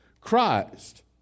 Christ